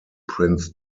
prince